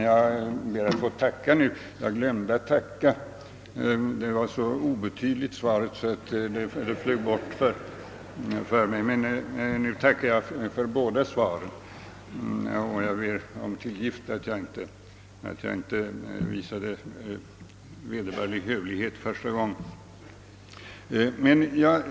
Herr talman! Jag glömde i mitt föregående anförande att tacka för svaret, men det var så obetydligt att det liksom flög bort för mig. Men nu tackar jag för båda svaren och ber om tillgift för att jag inte visade vederbörlig hövlighet första gången.